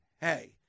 hey